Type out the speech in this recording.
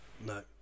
no